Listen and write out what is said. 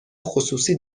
خصوصی